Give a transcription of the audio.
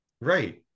Right